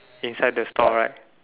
inside the store right